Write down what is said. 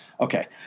Okay